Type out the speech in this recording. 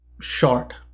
short